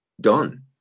done